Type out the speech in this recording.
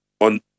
on